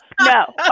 No